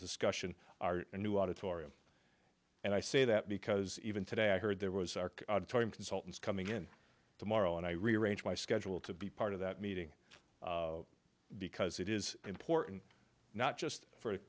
discussion our new auditorium and i say that because even today i heard there was arc auditorium consultants coming in tomorrow and i rearrange my schedule to be part of that meeting because it is important not just for